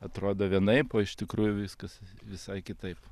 atrodo vienaip o iš tikrųjų viskas visai kitaip